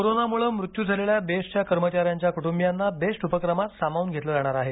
कोरोनामुळं मृत्यू झालेल्या बेस्टच्या कर्मचाऱ्यांच्या कुटुंबियांना बेस्ट उपक्रमात सामावून घेतल जाणार आहे